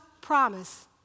promise